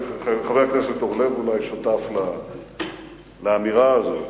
אולי גם חבר הכנסת אורלב שותף לאמירה הזאת.